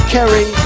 Kerry